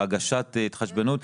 הגשת ההתחשבנות,